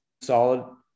solid